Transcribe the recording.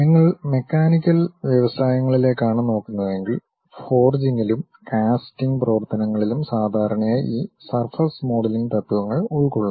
നിങ്ങൾ മെക്കാനിക്കൽ വ്യവസായങ്ങളിലേക്കാണ് നോക്കുന്നതെങ്കിൽ ഫോർജിങ്ങിലും കാസ്റ്റിംഗ് പ്രവർത്തനങ്ങളിലും സാധാരണയായി ഈ സർഫസ് മോഡലിംഗ് തത്വങ്ങൾ ഉൾക്കൊള്ളുന്നു